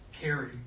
carry